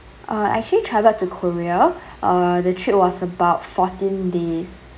uh actually travelled to korea uh the trip was about fourteen days